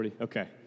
okay